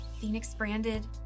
Phoenix-branded